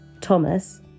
Thomas